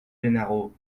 gennaro